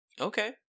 okay